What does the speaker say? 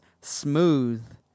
smooth